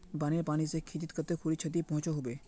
बानेर पानी से खेतीत कते खुरी क्षति पहुँचो होबे?